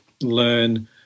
learn